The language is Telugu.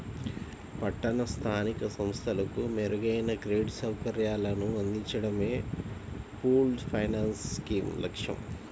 పట్టణ స్థానిక సంస్థలకు మెరుగైన క్రెడిట్ సౌకర్యాలను అందించడమే పూల్డ్ ఫైనాన్స్ స్కీమ్ లక్ష్యం